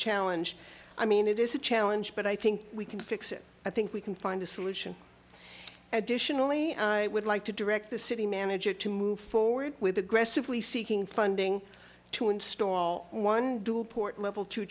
challenge i mean it is a challenge but i think we can fix it i think we can find a solution additionally i would like to direct the city manager to move forward with aggressively seeking funding to install one port level t